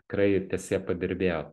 tikrai ties ja padirbėjo